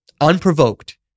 unprovoked